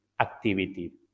activity